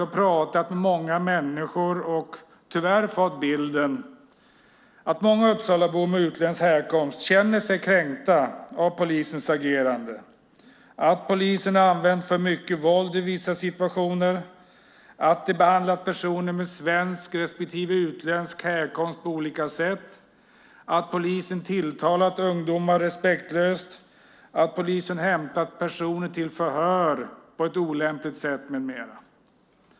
Jag har pratat med många människor och tyvärr fått bilden att många Uppsalabor med utländsk härkomst känner sig kränkta av polisens agerande - polisen har använt för mycket våld i vissa situationer, de har behandlat personer med svensk respektive utländsk bakgrund på olika sätt, polisen har tilltalat ungdomar respektlöst, polisen har hämtat personer till förhör på ett olämpligt sätt, med mera.